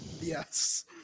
Yes